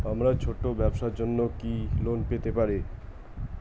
আমার ছোট্ট ব্যাবসার জন্য কি আমি লোন পেতে পারি?